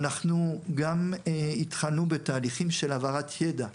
אנחנו גם התחלנו בתהליכים של העברת ידע.